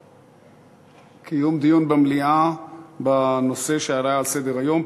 קיום דיון במליאה בנושא שעלה על סדר-היום,